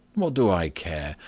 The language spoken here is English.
what do i care?